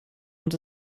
und